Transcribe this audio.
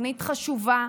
תוכנית חשובה,